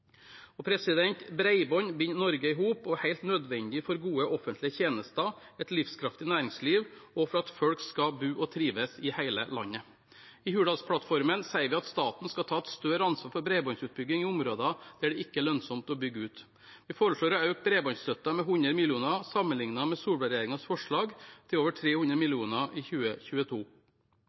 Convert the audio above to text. binder Norge i hop og er helt nødvendig for gode offentlige tjenester, for et livskraftig næringsliv og for at folk skal bo og trives i hele landet. I Hurdalsplattformen sier vi at staten skal ta et større ansvar for bredbåndsutbygging i områder der det ikke er lønnsomt å bygge ut. Vi foreslår å øke bredbåndsstøtten med 100 mill. kr sammenlignet med Solberg-regjeringens forslag, til over 300 mill. kr i 2022.